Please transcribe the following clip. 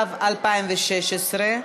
התשע"ו 2016,